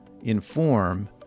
inform